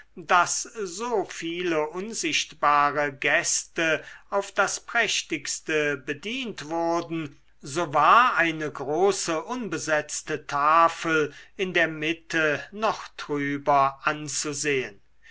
daß so viele unsichtbare gäste auf das prächtigste bedient wurden so war eine große unbesetzte tafel in der mitte noch trüber anzusehen